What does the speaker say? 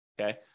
Okay